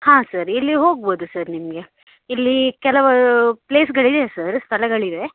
ಹಾಂ ಸರ್ ಇಲ್ಲಿ ಹೋಗ್ಬೌದು ಸರ್ ನಿಮಗೆ ಇಲ್ಲಿ ಕೆಲವು ಪ್ಲೇಸ್ಗಳಿದೆ ಸರ್ ಸ್ಥಳಗಳಿವೆ